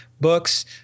books